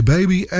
Baby